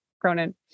Cronin